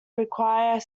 require